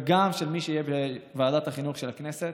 וגם של מי שיהיה בוועדת החינוך של הכנסת,